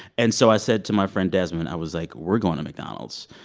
and so i said to my friend desmond i was like, we're going to mcdonald's.